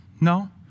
No